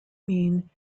mean